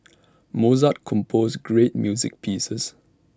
Mozart composed great music pieces